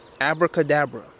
Abracadabra